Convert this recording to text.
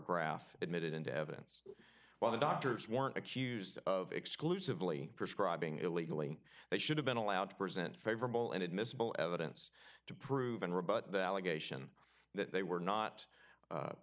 graph admitted into evidence while the doctors were accused of exclusively prescribing illegally that should have been allowed to present favorable and admissible evidence to prove an rebut the allegation that they were not